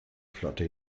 flotte